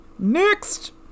next